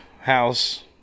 house